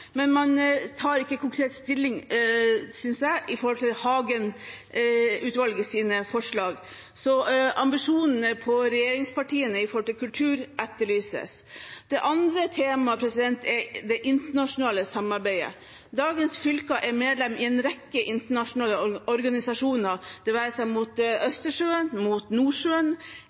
men man tar ikke konkret stilling, synes jeg, til Hagen-utvalgets forslag. Så regjeringspartienes ambisjoner når det gjelder kultur, etterlyses. Det andre temaet er det internasjonale samarbeidet. Dagens fylker er medlemmer i en rekke internasjonale organisasjoner, det være seg mot Østersjøen, mot Nordsjøen